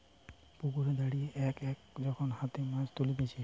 পুকুরে দাঁড়িয়ে এক এক যখন হাতে মাছ তুলতিছে